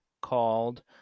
called